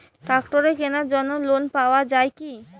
ট্রাক্টরের কেনার জন্য লোন পাওয়া যায় কি?